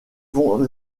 vont